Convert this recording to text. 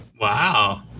wow